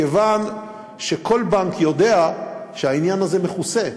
כיוון שכל בנק יודע שהעניין הזה מכוסה,